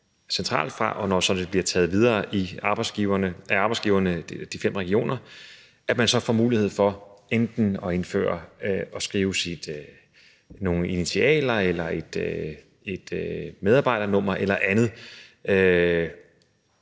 og når så det bliver taget videre af arbejdsgiverne, altså de fem regioner, enten at indføre eller at skrive nogle initialer eller et medarbejdernummer eller andet.